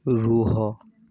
ରୁହ